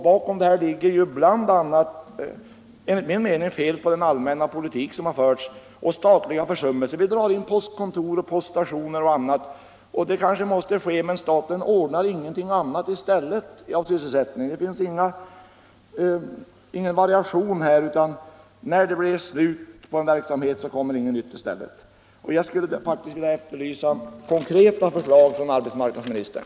Bakom detta ligger enligt min mening bl.a. fel på den allmänna politik som har förts och statliga försummelser. Man drar in postkontor och poststationer m.m. Detta kanske måste ske, men staten ordnar ingen annan sysselsättning i stället. Det finns ingen variation här. När det blir slut på en verksamhet kommer ingenting nytt i stället. Jag skulle faktiskt vilja efterlysa konkreta förslag från arbetsmarknadsministern.